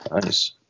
Nice